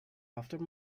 after